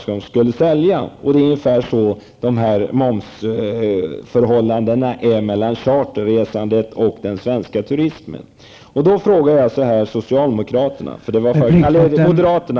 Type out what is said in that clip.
Förhållandet när det gäller momsen är ungefär detsamma om man jämför charterturismen med den svenska turismen. Jag vill därför fråga socialdemokraterna...